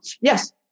yes